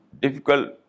difficult